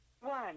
one